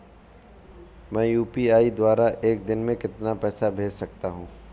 मैं यू.पी.आई द्वारा एक दिन में कितना पैसा भेज सकता हूँ?